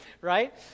right